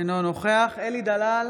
אינו נוכח אלי דלל,